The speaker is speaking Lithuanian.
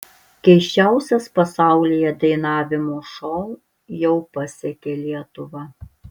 keisčiausias pasaulyje dainavimo šou jau pasiekė lietuvą